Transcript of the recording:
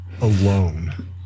alone